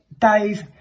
Dave